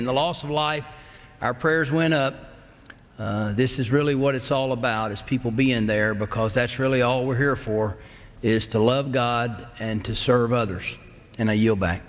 in the loss of life our prayers went up this is really what it's all about is people be in there because that's really all we're here for is to love god and to serve others and